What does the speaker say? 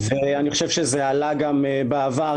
שעלתה בעבר,